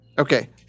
Okay